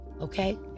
Okay